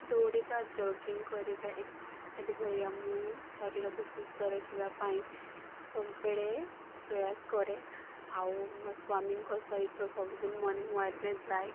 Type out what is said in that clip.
ଦୌଡ଼ିବା ଜଗିଙ୍ଗ୍ କରିବା ଇତ୍ୟାଦି ଭଳିଆ ମୁଁ ଶରୀରକୁ ସୁସ୍ଥ ରଖିବା ପାଇଁ ସବୁବେଳେ ପ୍ରୟାସ କରେ ଆଉ ମୋ ସ୍ୱାମୀଙ୍କ ସହିତ ସବୁ ଦିନ ମର୍ଣ୍ଣିଙ୍ଗ୍ ୱାକ୍ରେ ଯାଏ